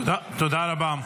תודה רבה.